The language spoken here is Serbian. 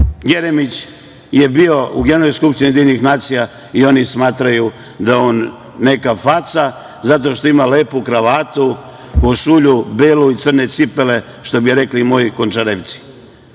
Jeremić je bio u Generalnoj skupštini UN i oni smatraju da je on neka faca zato što ima lepo kravatu, košulju belu i crne cipele, što bi rekli moji Končarevci. Kažu